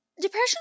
Depression